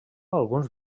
alguns